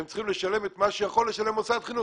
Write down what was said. הם צריכים לשלם את מה שיכול לשלם מוסד חינוך.